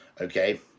okay